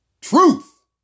Truth